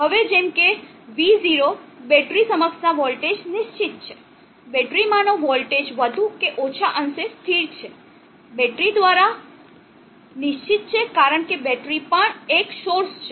હવે જેમ કે v0 બેટરી સમક્ષના વોલ્ટેજ નિશ્ચિત છે બેટરીમાંનો વોલ્ટેજ વધુ કે ઓછા અંશે સ્થિર છે બેટરી દ્વારા નિશ્ચિત છે કારણ કે બેટરી પણ એક સોર્સ છે